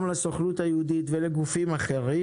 גם לסוכנות היהודית ולגופים אחרים.